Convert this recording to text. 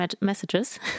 messages